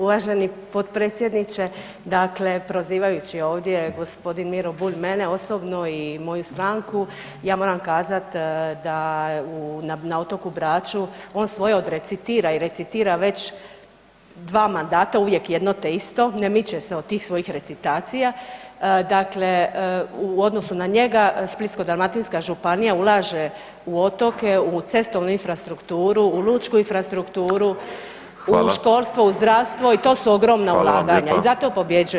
Uvaženi potpredsjedniče, dakle prozivajući ovdje g. Miro Bulj mene osobno i moju stranku ja moram kazat da na otoku Braču, on svoje odrecitira i recitira već dva mandata uvijek jedno te isto, ne miče se od tih svojih recitacija, dakle u odnosu na njega Splitsko-dalmatinska županija ulaže u otoke, u cestovnu infrastrukturu, u lučku infrastrukturu [[Upadica: Hvala]] u školstvo, u zdravstvo i to su ogromna ulaganja [[Upadica: Hvala vam lijepa]] i zato pobjeđuje.